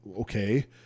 okay